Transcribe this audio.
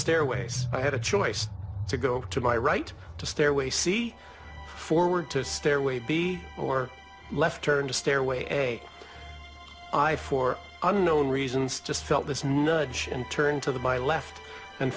stairways i had a choice to go up to my right to stairway c forward to stairway b or left turn to stairway i for unknown reasons just felt this nudge and turned to the my left and